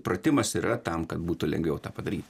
pratimas yra tam kad būtų lengviau tą padaryt